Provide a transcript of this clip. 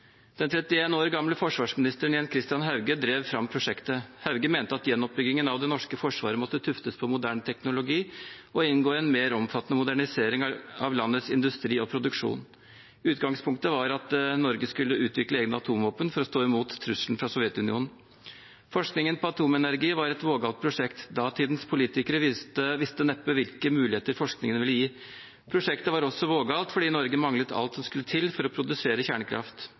Den 31 år gamle forsvarsministeren, Jens Christian Hauge, drev fram prosjektet. Hauge mente at gjenoppbyggingen av det norske forsvaret måtte tuftes på moderne teknologi og inngå i en mer omfattende modernisering av landets industri og produksjon. Utgangspunktet var at Norge skulle utvikle egne atomvåpen for å stå imot trusselen fra Sovjetunionen. Forskningen på atomenergi var et vågalt prosjekt. Datidens politikere visste neppe hvilke muligheter forskningen ville gi. Prosjektet var også vågalt fordi Norge manglet alt som skulle til for å produsere kjernekraft.